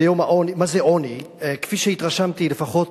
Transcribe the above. מה זה עוני, כפי שהתרשמתי לפחות.